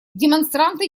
демонстранты